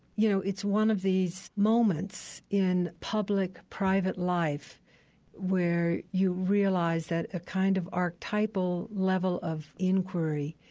you know, it's one of these moments in public private life where you realize that a kind of archetypal level of inquiry,